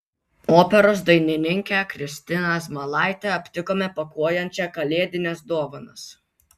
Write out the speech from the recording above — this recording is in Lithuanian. operos dainininkę kristiną zmailaitę aptikome pakuojančią kalėdines dovanas